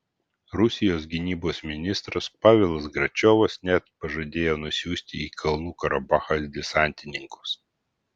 rusijos gynybos ministras pavelas gračiovas net pažadėjo nusiųsti į kalnų karabachą desantininkus